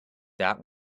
that